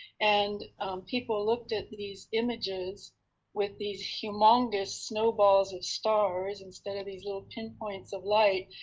and people looked at these images with these humongous snowballs of stars instead of these little pinpoints of light,